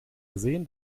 gesehen